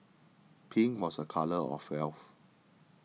pink was a colour of health